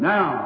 Now